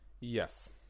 Yes